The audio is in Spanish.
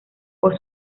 por